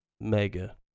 mega